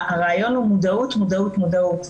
הרעיון הוא מודעו, מודעות מודעות.